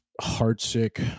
heartsick